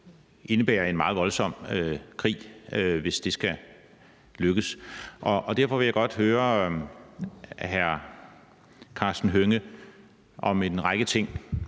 jo indebære en meget voldsom krig, hvis det skal lykkes. Derfor vil jeg godt høre hr. Karsten Hønge om en række ting.